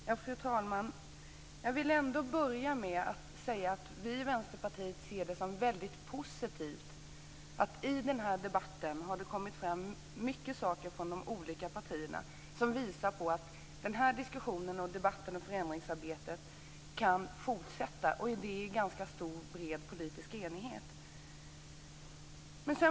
Fru talman! Jag vill börja med att säga att vi i Vänsterpartiet ser det som väldigt positivt att det i den här debatten har kommit fram mycket saker från de olika partierna som visar att diskussionen om förändringsarbetet kan fortsätta i en ganska stor politisk enighet.